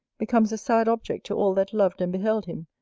becomes a sad object to all that loved and beheld him,